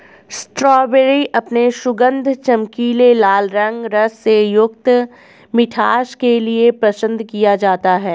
strawberry अपने सुगंध, चमकीले लाल रंग, रस से युक्त मिठास के लिए पसंद किया जाता है